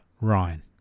Ryan